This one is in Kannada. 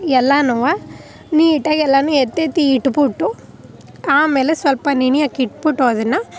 ಎಲ್ಲನೂ ನೀಟಾಗಿ ಎಲ್ಲನೂ ಎತ್ತೆತ್ತಿ ಇಟ್ಬಿಟ್ಟು ಆಮೇಲೆ ಸ್ವಲ್ಪ ನೆನೆಯೋಕೆ ಇಟ್ಬಿಟ್ಟು ಅದನ್ನು